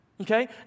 Okay